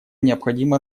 необходимо